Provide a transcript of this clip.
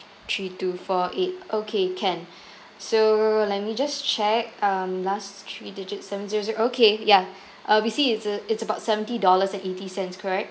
three two four eight okay can so let me just check um last three digits seven zero zero okay ya uh we see it's a~ it's about seventy dollars and eighty cents correct